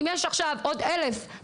אם יש עכשיו עוד 1,200,